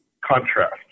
contrast